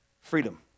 freedom